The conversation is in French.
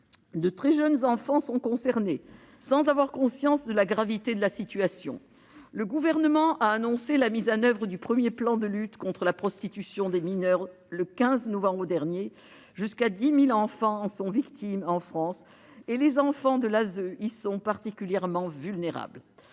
De très jeunes enfants sont concernés, sans avoir conscience de la gravité de la situation. Le Gouvernement a annoncé la mise en oeuvre du premier plan de lutte contre la prostitution des mineurs, le 15 novembre dernier. Jusqu'à 10 000 enfants sont victimes de prostitution en France et les enfants de l'ASE y sont particulièrement exposés.